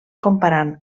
comparant